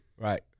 Right